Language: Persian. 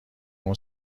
اون